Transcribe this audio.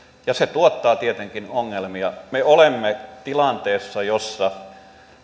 ja se tuottaa tietenkin ongelmia me olemme tilanteessa jossa